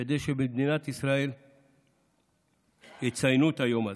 כדי שבמדינת ישראל יציינו את היום הזה.